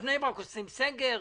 על בני ברק עושים סגר,